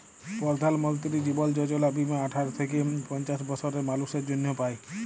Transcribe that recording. পরধাল মলতিরি জীবল যজলা বীমা আঠার থ্যাইকে পঞ্চাশ বসরের মালুসের জ্যনহে পায়